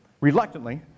reluctantly